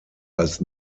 als